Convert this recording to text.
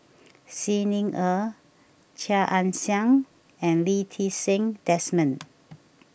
Xi Ni Er Chia Ann Siang and Lee Ti Seng Desmond